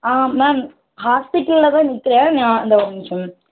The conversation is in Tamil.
ஆ மேம் ஹாஸ்பிட்டலில் தான் நிற்கிறேன் நான் இந்தா ஒரு நிமிஷம் மேம்